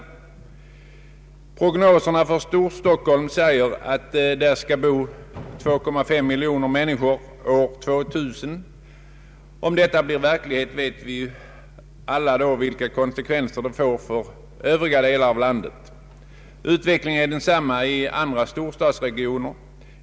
Enligt prognoserna för Storstockholm skall där bo 2,5 miljoner människor år 2000. Om detta blir verklighet, vet vi alla vilka konsekvenser det får för övriga delar av landet. Utvecklingen är densamma i de andra storstadsregionerna.